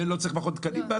ולא צריך מכון תקנים?